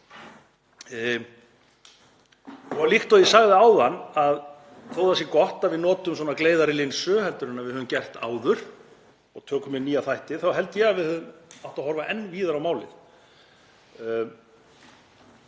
Líkt og ég sagði áðan, þótt það sé gott að við notum svona gleiðari linsu en við höfum gert áður og tökum inn nýja þætti, þá held ég að við hefðum átt að horfa enn víðar á málið.